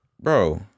bro